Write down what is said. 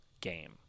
game